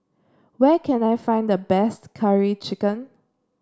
where can I find the best Curry Chicken